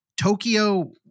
Tokyo